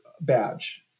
badge